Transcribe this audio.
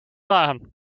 waren